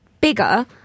bigger